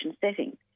setting